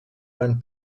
van